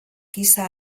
giza